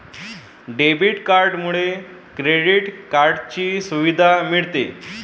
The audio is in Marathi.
डेबिट कार्डमुळे क्रेडिट कार्डची सुविधा मिळते